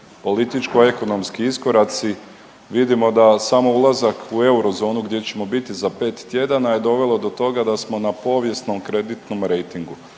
političko-ekonomski iskoraci. Vidimo da samo ulazak u eurozonu gdje ćemo biti za 5 tjedana je dovelo do toga da smo na povijesnom kreditnom rejtingu.